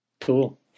Cool